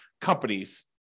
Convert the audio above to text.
companies